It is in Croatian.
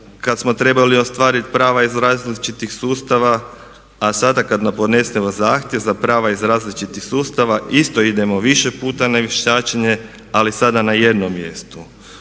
kad smo trebali ostvariti prava iz različitih sustava, a sada kad podnesemo zahtjev za prava iz različitih sustava isto idemo više puta na vještačenje ali sada na jednom mjestu.